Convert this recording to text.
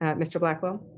ah mr. blackwell?